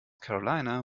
carolina